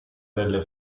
delle